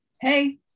Hey